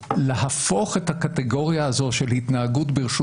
להפוך את הקטגוריה הזאת של התנהגות ברשות